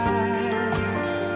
eyes